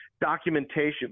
documentation